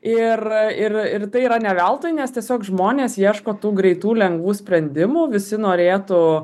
ir ir ir tai yra ne veltui nes tiesiog žmonės ieško tų greitų lengvų sprendimų visi norėtų